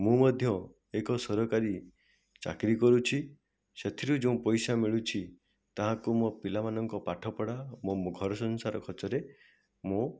ମୁଁ ମଧ୍ୟ ଏକ ସରକାରୀ ଚାକିରି କରୁଛି ସେଥିରୁ ଯେଉଁ ପଇସା ମିଳୁଛି ତାହାକୁ ମୋ ପିଲାମାନଙ୍କ ପାଠପଢ଼ା ଓ ମୋ ଘର ସଂସାର ଖର୍ଚ୍ଚରେ ମୁଁ